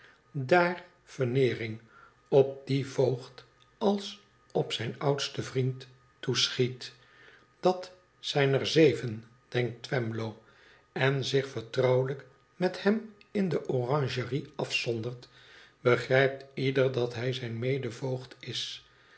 daar veneering op dien voogd als op zijn oudsten vriend toeschiet dat zijn er zeven denkt twemlow en zich vertrouwelijk met hem in de oranjerie afzondert begrijpt ieder dat hij zijn mede voogd is